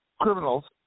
criminals